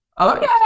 Okay